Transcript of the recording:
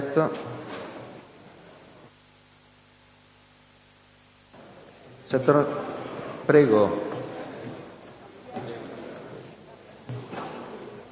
Prego,